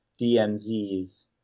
DMZs